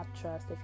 trust